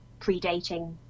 predating